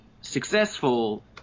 successful